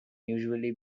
usually